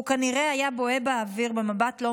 הוא כנראה היה בוהה באוויר במבט לא